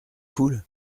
foule